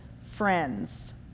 friends